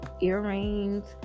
earrings